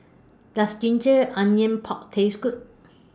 Does Ginger Onions Pork Taste Good